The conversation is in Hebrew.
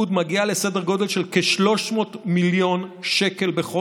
מגיע לסדר גודל של כ-300 מיליון בחודש.